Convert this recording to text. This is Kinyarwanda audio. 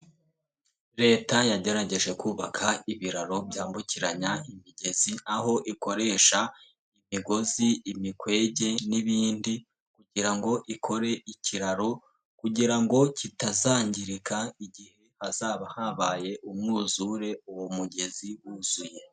Leta yagerageje kubaka ibiraro byambukiranya imigezi aho ikoresha, imigozi imikwege n'ibindi, kugira ngo ikore ikiraro, kugira ngo kitazangirika igihe hazaba habaye umwuzure uwo mugezi wuzuye.